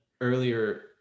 earlier